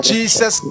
Jesus